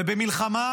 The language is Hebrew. ובמלחמה